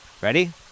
Ready